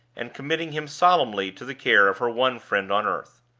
and committing him solemnly to the care of her one friend on earth.